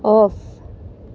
off